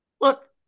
look